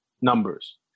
numbers